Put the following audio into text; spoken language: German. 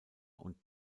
und